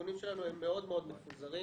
הסיכונים שלנו הם מאוד מאוד מפוזרים.